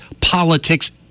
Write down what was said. politics